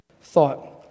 thought